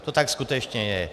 To tak skutečně je.